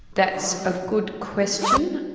that's a good question.